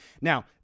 now